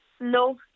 no